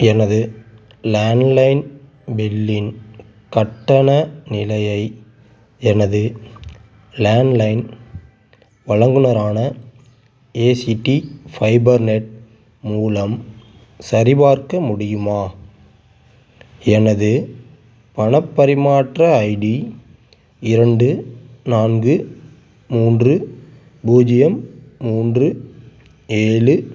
எனது landline பில்லின் கட்டண நிலையை எனது லேண்ட் லைன் வழங்குநரான ஏசிடி ஃபைபர் நெட் மூலம் சரிபார்க்க முடியுமா எனது பணப் பரிமாற்ற ஐடி இரண்டு நான்கு மூன்று பூஜ்ஜியம் மூன்று ஏழு